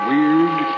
Weird